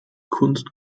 kunst